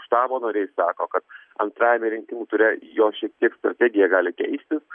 štabo nariai sako kad antrajame rinkimų ture jo šiek tiek strategija gali keistis